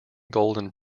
golden